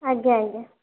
ଆଜ୍ଞା ଆଜ୍ଞା